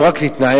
לא רק להתנער,